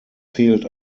fehlt